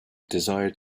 desire